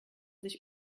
sich